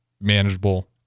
manageable